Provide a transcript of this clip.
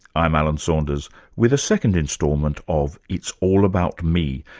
i'm alan saunders with a second installment of it's all about me,